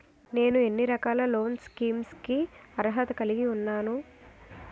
నేను ఎన్ని రకాల లోన్ స్కీమ్స్ కి అర్హత కలిగి ఉన్నాను?